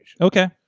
okay